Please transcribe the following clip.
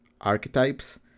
archetypes